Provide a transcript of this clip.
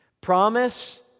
Promise